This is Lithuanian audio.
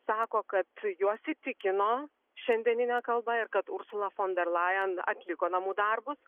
sako kad juos įtikino šiandieninė kalba ir kad usula fon der lajen atliko namų darbus